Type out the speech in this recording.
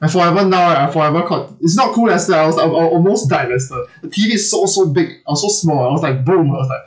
forever now ah I forever caught it's not cool lester I was I al~ almost died lester the T_V is so so big I was so small I was like boom I was like